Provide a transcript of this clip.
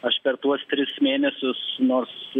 aš per tuos tris mėnesius nors